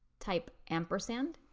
type ampersand,